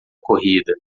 corrida